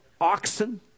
oxen